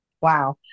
wow